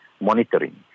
monitoring